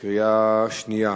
בקריאה שנייה